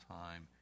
time